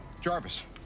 Jarvis